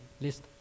list